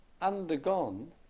undergone